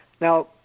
Now